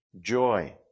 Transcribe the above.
joy